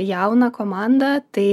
jauną komandą tai